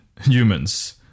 humans